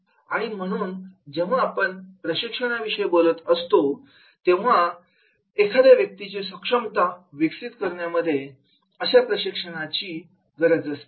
आणि म्हणून जेव्हा आपण प्रशिक्षणा विषयी बोलत असतो तेव्हा हा एखाद्या व्यक्तीचे सक्षमता विकसित करण्यामध्ये अशा प्रशिक्षणाची असते